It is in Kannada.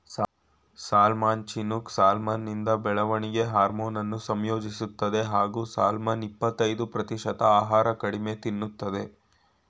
ಸಾಲ್ಮನ್ ಚಿನೂಕ್ ಸಾಲ್ಮನಿಂದ ಬೆಳವಣಿಗೆ ಹಾರ್ಮೋನನ್ನು ಸಂಯೋಜಿಸ್ತದೆ ಹಾಗೂ ಸಾಲ್ಮನ್ನ ಇಪ್ಪತಯ್ದು ಪ್ರತಿಶತ ಆಹಾರ ಕಡಿಮೆ ತಿಂತದೆ